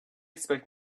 expect